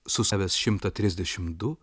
su savęs šimtą trisdešimt du